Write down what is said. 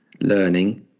learning